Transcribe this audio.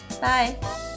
Bye